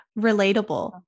Relatable